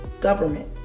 government